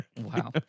Wow